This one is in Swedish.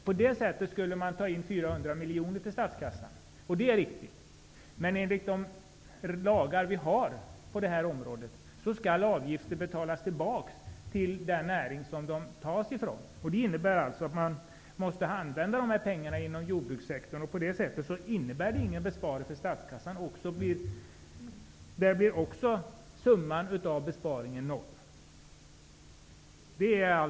På det sättet skulle man ta in 400 miljoner kronor till statskassan. Det är riktigt. Men enligt de lagar vi har på det här området skall avgifter betalas tillbaks till den näring som de tas ifrån. Det innebär alltså att dessa pengar måste användas inom jordbrukssektorn. På det sättet innebär det ingen besparing för statskassan. Summan av besparingen blir noll där med.